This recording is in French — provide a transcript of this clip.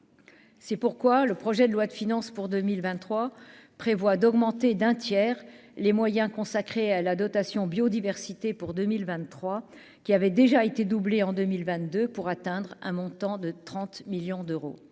C'est pourquoi le projet de loi de finances pour 2023 prévoit d'augmenter d'un tiers les moyens consacrés à la dotation biodiversité pour 2023 qui avait déjà été doublés en 2022 pour atteindre un montant de 30 millions d'euros